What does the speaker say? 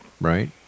Right